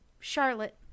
Charlotte